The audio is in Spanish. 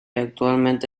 actualmente